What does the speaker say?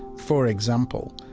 for example,